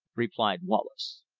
replied wallace.